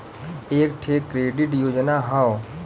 एक ठे क्रेडिट योजना हौ